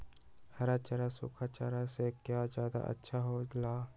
हरा चारा सूखा चारा से का ज्यादा अच्छा हो ला?